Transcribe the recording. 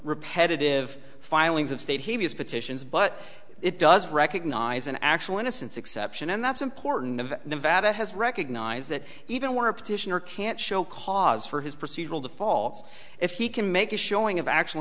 repetitive filings of state he views petitions but it does recognize an actual innocence exception and that's important of nevada has recognized that even want to petition or can't show cause for his procedural defaults if he can make a showing of actual